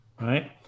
Right